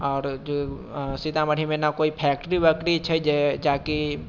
आओर जे सीतामढ़ीमे नहि कोइ फैक्ट्री वैक्ट्री छै जे जाकि